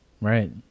Right